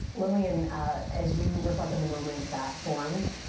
lillian as you reflect in the moments that formed,